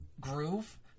groove